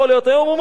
היום הוא מוביל.